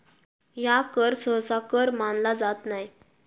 ह्या कर सहसा कर मानला जात नाय